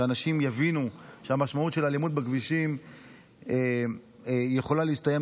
שאנשים יבינו שהמשמעות של אלימות בכבישים יכולה להסתיים,